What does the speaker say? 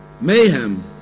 mayhem